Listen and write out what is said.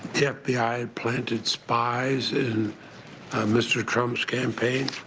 f b i. planted spies in mr. trump's campaign?